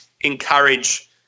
encourage